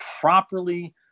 properly